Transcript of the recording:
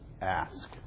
ask